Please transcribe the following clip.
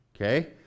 Okay